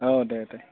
औ दे दे